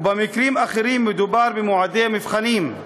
ובמקרים אחרים מדובר במועדי מבחנים.